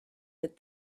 that